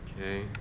Okay